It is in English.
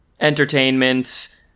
Entertainment